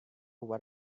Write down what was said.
what